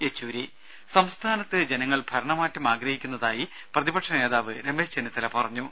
രുര സംസ്ഥാനത്ത് ജനങ്ങൾ ഭരണമാറ്റം ആഗ്രഹിക്കുന്നതായി പ്രതിപക്ഷ നേതാവ് രമേശ് ചെന്നിത്തല പറഞ്ഞു